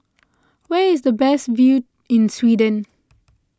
where is the best view in Sweden